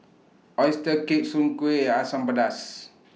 Oyster Cake Soon Kueh and Asam Pedas